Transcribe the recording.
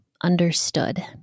understood